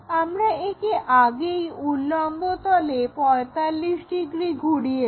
আমরা একে আগেই উল্লম্ব তলে 45 ডিগ্রি ঘুরিয়েছি